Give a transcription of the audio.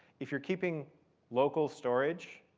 if you're keeping local storage,